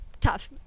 tough